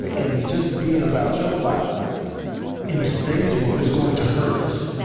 and just being about your block in today's world is going to hurt us.